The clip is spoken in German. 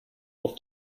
auf